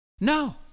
No